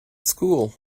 school